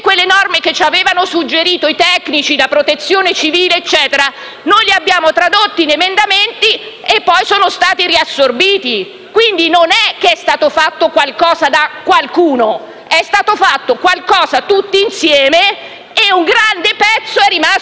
quelle norme che ci avevano suggerito i tecnici della Protezione civile, noi le abbiamo tradotte in emendamenti che poi sono stati assorbiti. Quindi, non è che è stato fatto qualcosa da qualcuno: è stato fatto qualcosa tutti insieme, un grande pezzo è rimasto